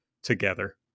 together